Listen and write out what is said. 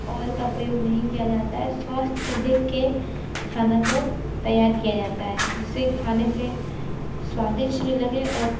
oil का प्रयोग नहीं किया जाता है स्वास्थ्य को देख के खाना को तैयार किया जाता है जिससे खाने से स्वादिष्ट भी लगे और